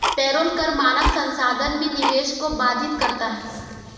payroll कर मानव संसाधन में निवेश को बाधित करता है